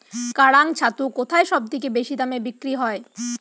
কাড়াং ছাতু কোথায় সবথেকে বেশি দামে বিক্রি হয়?